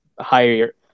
higher